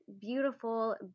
beautiful